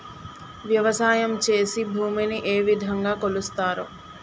వ్యవసాయం చేసి భూమిని ఏ విధంగా కొలుస్తారు?